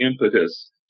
impetus